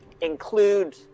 include